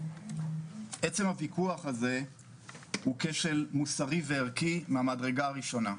עצם הוויכוח הזה הוא כשל מוסרי וערכי מהמדרגה הראשונה.